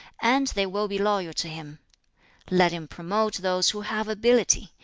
and they will be loyal to him let him promote those who have ability,